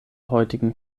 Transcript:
heutigen